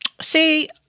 See